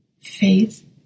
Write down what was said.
Faith